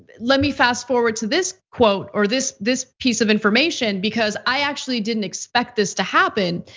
but let me fast forward to this quote or this this piece of information because i actually didn't expect this to happen.